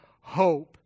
hope